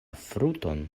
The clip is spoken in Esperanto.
frunton